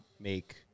make –